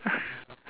uh